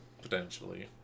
potentially